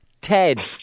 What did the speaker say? Ted